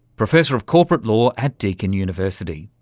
professor of corporate law at deakin university.